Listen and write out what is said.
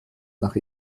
nach